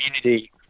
community